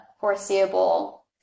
foreseeable